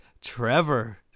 Trevor